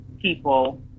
people